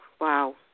wow